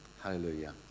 Hallelujah